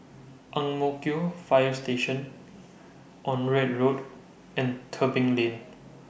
Ang Mo Kio Fire Station Onraet Road and Tebing Lane